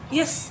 yes